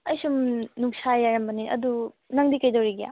ꯑꯩꯁꯨꯝ ꯅꯨꯡꯁꯥ ꯌꯥꯏꯔꯝꯕꯅꯤ ꯅꯪꯗꯤ ꯀꯩꯗꯧꯔꯤꯒꯦ